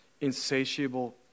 insatiable